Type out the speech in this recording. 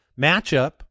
matchup